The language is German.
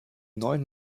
neuen